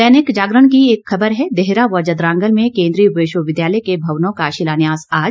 दैनिक जागरण की एक खबर है देहरा व जदरांगल में केंद्रीय विश्वविद्यालय के भवनों का शिलान्यास आज